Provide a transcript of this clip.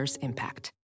impact